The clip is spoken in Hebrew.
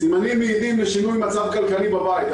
סימנים מעידים לשינוי מצב כלכלי בבית.